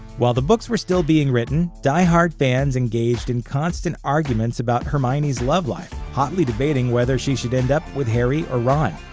while the books were still being written, diehard fans engaged in constant arguments about hermione's love life, hotly debating whether she should end up with harry or ron.